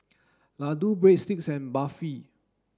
Ladoo Breadsticks and Barfi